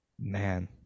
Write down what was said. Man